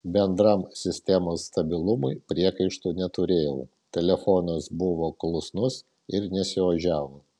bendram sistemos stabilumui priekaištų neturėjau telefonas buvo klusnus ir nesiožiavo